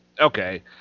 okay